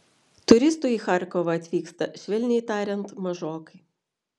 turistų į charkovą atvyksta švelniai tariant mažokai